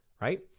right